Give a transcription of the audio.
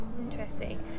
Interesting